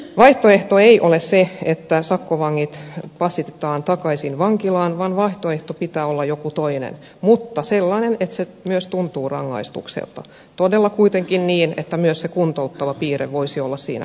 vaihtoehto ei ole se että sakkovangit passitetaan takaisin vankilaan vaan vaihtoehdon pitää olla joku toinen mutta sellainen että se myös tuntuu rangaistukselta todella kuitenkin niin että myös se kuntouttava piirre voisi olla siinä mukana